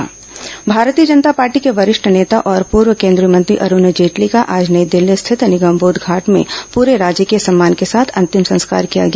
जेटली अन्तिम संस्कार भारतीय जनता पार्टी के वरिष्ठ नेता और पूर्व केन्द्रीय मंत्री अरूण जेटली का आज नई दिल्ली स्थित निगमबोध घाट में परे राजकीय सम्मान के साथ अंतिम संस्कार किया गया